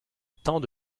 tant